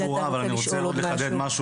היית ברורה, אני רוצה לחדד משהו.